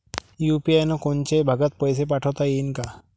UPI न कोनच्याही भागात पैसे पाठवता येईन का?